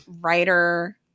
writer